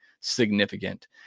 significant